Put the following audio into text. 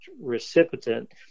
recipient